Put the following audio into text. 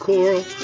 Coral